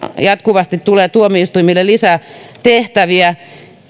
jatkuvasti tulee tuomioistuimille lisää tehtäviä